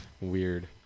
Weird